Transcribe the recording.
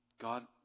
God